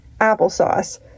applesauce